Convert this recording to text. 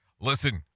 Listen